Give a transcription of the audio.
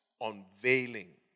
unveiling